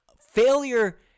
Failure